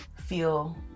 feel